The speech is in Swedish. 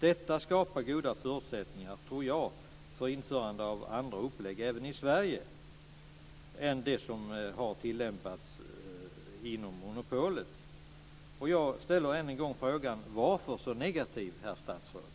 Detta skapar goda förutsättningar, tror jag, för införande av andra upplägg även i Sverige än det som har tillämpats inom monopolet. Jag ställer än en gång frågan: Varför så negativ, herr statsråd?